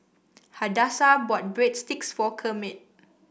Hadassah bought Breadsticks for Kermit